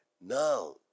now